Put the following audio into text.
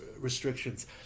restrictions